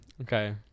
Okay